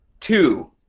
Two